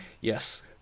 yes